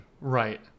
right